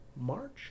March